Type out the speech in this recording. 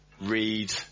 read